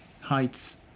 heights